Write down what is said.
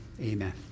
Amen